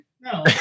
No